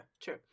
True